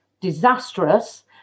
disastrous